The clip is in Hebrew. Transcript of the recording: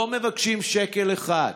לא מבקשים שקל אחד,